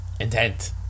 intent